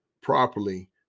properly